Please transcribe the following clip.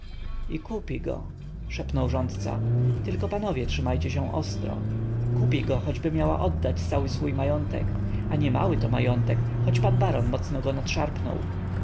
i kupi go szepnął rządca tylko panowie trzymajcie się ostro kupi go choćby miała oddać cały swój majątek a niemałyto majątek choć pan baron mocno go